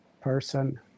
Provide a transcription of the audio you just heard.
person